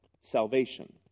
salvation